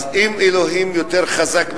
אז אם אלוהים יותר חזק מהממשלה,